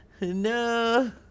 No